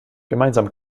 gemeinsam